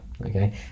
Okay